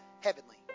heavenly